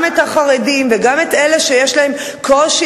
גם את החרדים וגם את אלה שיש להם קושי,